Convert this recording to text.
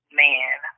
man